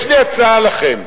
יש לי הצעה לכם,